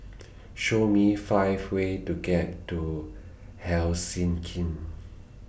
Show Me five ways to get to Helsinki